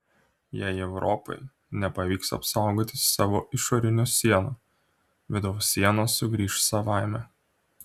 jei europai nepavyks apsaugoti savo išorinių sienų vidaus sienos sugrįš savaime